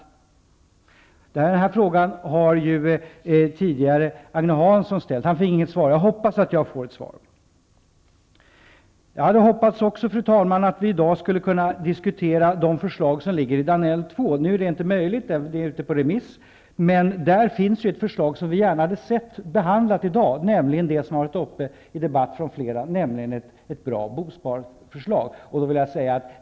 Agne Hansson har tidigare ställt den frågan, men han har inte fått något svar. Jag hoppas att jag får ett svar. Jag hade också hoppats, fru talman, att vi i dag skulle kunna diskutera Georg Danells förslag nummer två, men det är inte möjligt, då det är ute på remiss. Där finns ett förslag som vi gärna hade behandlat i dag och som flera talare har tagit upp i debatten, nämligen ett bra bosparförslag.